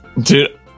Dude